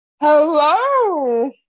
Hello